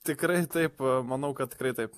tikrai taip manau kad tikrai taip